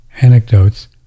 anecdotes